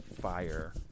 fire